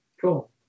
Cool